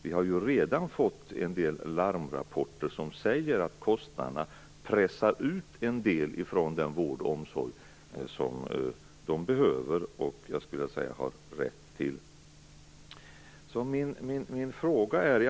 Vi har redan fått några larmrapporter som visar att kostnaderna pressar ut en del människor från den vård och omsorg de behöver och faktiskt har rätt till.